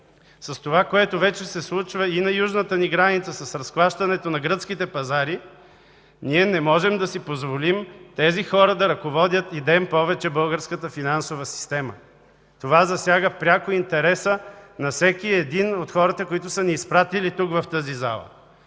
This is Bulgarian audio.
с това, което вече се случва и на южната ни граница, с разклащането на гръцките пазари, ние не можем да си позволим тези хора да ръководят и ден повече българската финансова система. Това засяга пряко интереса на всеки един от хората, които са ни изпратили тук, в тази зала.